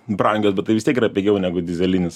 brangios bet tai vis tiek yra pigiau negu dyzelinis